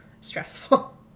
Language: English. stressful